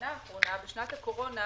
בחינה של פעילות הרשות בשנים הללו,